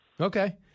Okay